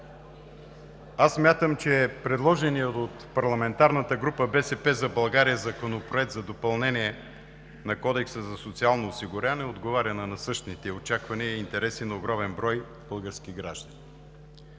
Смятам, че предложеният от парламентарната група „БСП за България“ Законопроект за допълнение на Кодекса за социално осигуряване отговаря на насъщните очаквания и интереси на огромен брой български граждани.